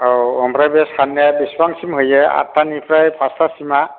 औ ओमफ्राय बे साननिया बिसिबांसिम होयो आतथानिफ्राय फासथासिमआ